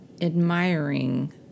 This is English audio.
admiring